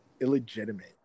Illegitimate